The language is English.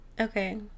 okay